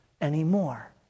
anymore